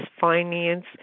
finance